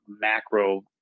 macro